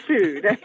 food